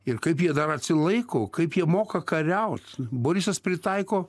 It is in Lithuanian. ir kaip jie dar atsilaiko kaip jie moka kariaut borisas pritaiko